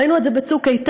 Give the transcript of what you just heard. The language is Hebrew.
ראינו את זה ב"צוק איתן",